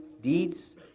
deeds